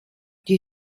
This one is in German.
die